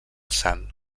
sant